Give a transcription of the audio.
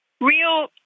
real